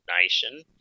nation